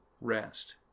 rest